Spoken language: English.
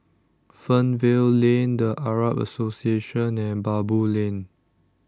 Fernvale Lane The Arab Association and Baboo Lane